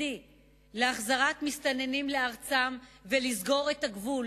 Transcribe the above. להחזרת מסתננים לארצם ולסגור את הגבול.